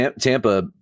Tampa